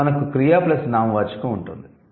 ఇప్పుడు మనకు క్రియ ప్లస్ నామవాచకం ఉంటుంది